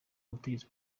ubutegetsi